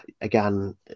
again